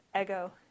ego